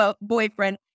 boyfriend